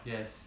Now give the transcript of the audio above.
Yes